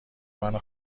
منو